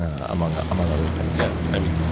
ah among ah among other things. yeah, i mean,